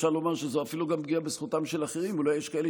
אפשר לומר שזו אפילו גם פגיעה בזכותם של אחרים: אולי יש כאלה